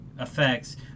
effects